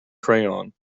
crayon